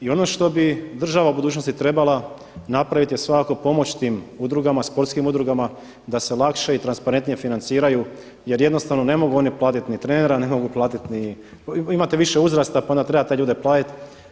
I ono što bi država u budućnosti trebala napraviti je svakako pomoć tim udrugama, sportskim udrugama da se lakše i transparentnije financiraju jer jednostavno ne mogu oni platit ni trenera, ne mogu platit ni, imate više uzrasta pa onda treba te ljude platit.